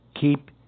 keep